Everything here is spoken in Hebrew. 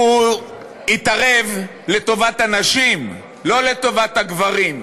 התערב לטובת הנשים, לא לטובת הגברים.